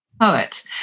poet